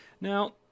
Now